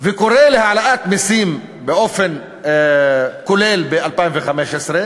וקורא להעלאת מסים באופן כולל ב-2015,